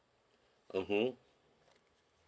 mmhmm